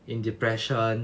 in depression